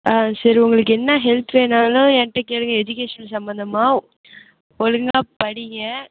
ஆ சரி உங்களுக்கு என்ன ஹெல்ப் வேணாலும் என்கிட்ட கேளுங்க எஜுகேஷன் சம்மந்தமாக ஒழுங்காக படிங்க